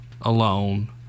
alone